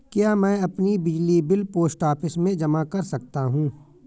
क्या मैं अपना बिजली बिल पोस्ट ऑफिस में जमा कर सकता हूँ?